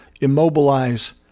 immobilize